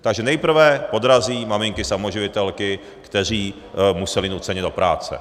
Takže nejprve podrazí maminky samoživitelky, které musely nuceně do práce.